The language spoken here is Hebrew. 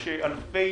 יש אלפי